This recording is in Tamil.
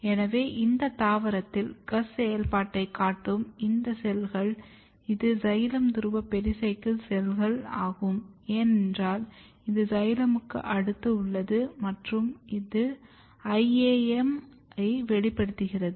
எனவே இந்த தாவரத்தில் GUS செயல்பாட்டைக் காட்டும் இந்த செல்கள் இது சைலம் துருவ பெரிசைக்கிள் செல்கள் ஆகும் ஏனென்றால் இது சைலமுக்கு அடுத்து உள்ளது மற்றும் அது iaaM ஐ வெளிப்படுத்துகிறது